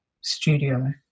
studio